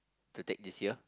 to take this year